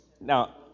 now